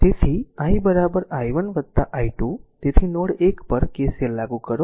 તેથી i i1 i2 તેથી node 1 પર KCL લાગુ કરો